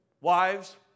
Wives